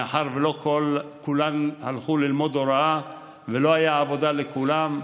מאחר שלא כולם הלכו ללמוד הוראה ולא הייתה עבודה לכולם,